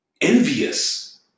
envious